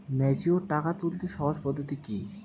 Mature টাকা তুলতে সহজ পদ্ধতি কি?